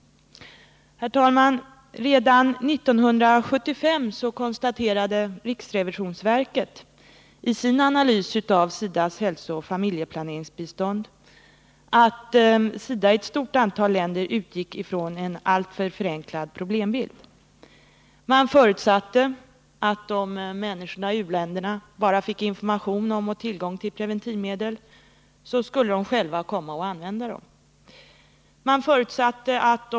Herr talman! Redan 1975 konstaterade riksrevisionsverket i sin analys av SIDA:s hälsooch familjeplaneringsbistånd att SIDA i ett stort antal länder utgick ifrån en alltför förenklad problembild. Man förutsatte att om människorna i u-länderna bara fick information om och tillgång till preventivmedel så skulle de själva komma att använda dem.